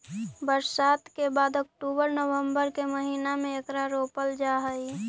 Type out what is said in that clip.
बरसात के बाद अक्टूबर नवंबर के महीने में एकरा रोपल जा हई